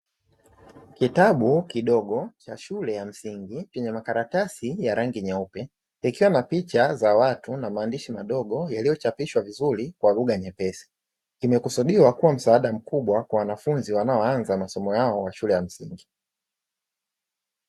Kitabu kidogo cha shule ya msingi; chenye karatasi ya rangi nyeupe, yakiwa na picha za watu na maandishi madogo yaliyochapishwa vizuri kwa lugha nyepesi. Kimekusudiwa kuwa msaada mkubwa kwa wanafunzi wanaoanza masomo yao ya shule ya msingi.